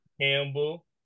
Campbell